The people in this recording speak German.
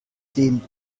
dem